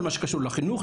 כל מה שקשור לחינוך,